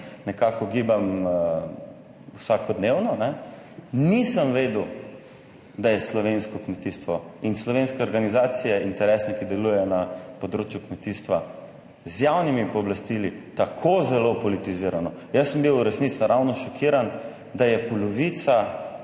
nekako gibam vsakodnevno, ne, nisem vedel, da je slovensko kmetijstvo in slovenske organizacije interes, ki delujejo na področju kmetijstva z javnimi pooblastili tako zelo politizirano. Jaz sem bil v resnici ravno šokiran, da je polovica